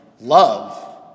love